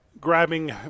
grabbing